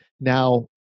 now